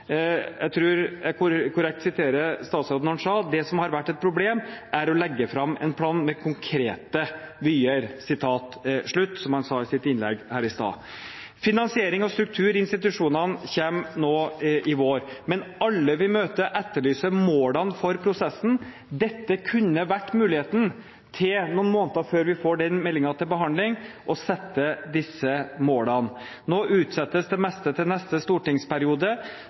Jeg tror jeg refererer statsråden korrekt når han i et innlegg her i sted sa: Det som har vært et problem, er å legge fram en plan med konkrete vyer. Finansiering og struktur i institusjonene kommer nå i vår, men alle vi møter, etterlyser målene for prosessen. Dette kunne vært muligheten – noen måneder før vi får den meldingen til behandling – til å sette oss disse målene. Nå utsettes det meste til neste stortingsperiode.